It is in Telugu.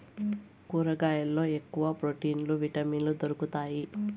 కూరగాయల్లో ఎక్కువ ప్రోటీన్లు విటమిన్లు దొరుకుతాయి